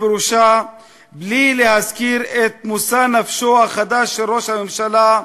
בראשה בלי להזכיר את מושא נפשו החדש של ראש הממשלה,